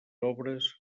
obres